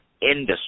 Industry